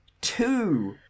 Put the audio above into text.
two